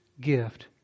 gift